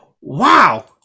wow